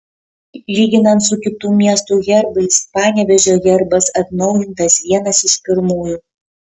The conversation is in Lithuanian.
lyginant su kitų miestų herbais panevėžio herbas atnaujintas vienas iš pirmųjų